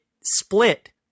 split